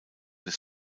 des